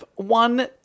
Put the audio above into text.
One